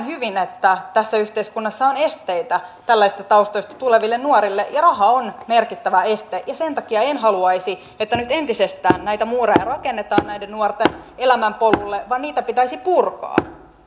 hyvin että tässä yhteiskunnassa on esteitä tällaisista taustoista tuleville nuorille ja raha on merkittävä este ja sen takia en haluaisi että nyt entisestään näitä muureja rakennetaan näiden nuorten elämänpolulle vaan niitä pitäisi purkaa